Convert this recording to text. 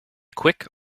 quick